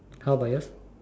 how about yours